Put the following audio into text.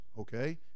okay